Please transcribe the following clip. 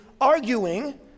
arguing